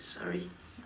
sorry